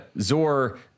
Zor